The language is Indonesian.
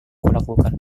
kulakukan